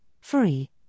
free